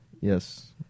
Yes